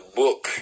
book